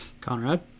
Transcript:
Conrad